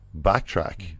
backtrack